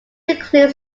includes